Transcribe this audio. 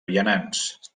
vianants